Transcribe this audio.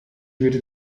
würde